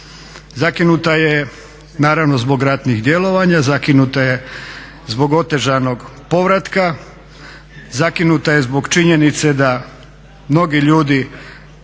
Zakinuta je naravno zbog ratnih djelovanja, zakinuta je zbog otežanog povratka, zakinuta je zbog činjenice da mnogi ljudi,